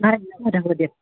ধন্যবাদ দিয়ক